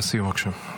לסיום, בבקשה.